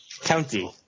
County